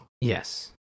yes